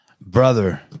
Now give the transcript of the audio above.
Brother